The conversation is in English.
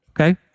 Okay